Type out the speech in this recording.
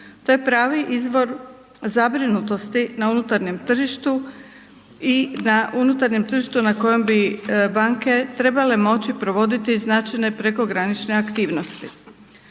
to je pravi izvor zabrinutosti na unutarnjem tržištu i na unutarnjem tržištu na kojem bi banke trebale moći provoditi značajne prekogranične aktivnosti.